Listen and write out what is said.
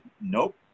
nope